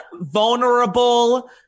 vulnerable